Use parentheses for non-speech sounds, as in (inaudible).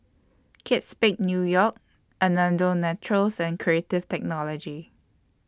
Kate Spade New York (unintelligible) Naturals and Creative Technology